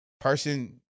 person